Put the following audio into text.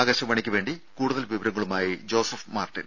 ആകാശവാണിയ്ക്ക് വേണ്ടി കൂടുതൽ വിവരങ്ങളുമായി ജോസഫ് മാർട്ടിൻ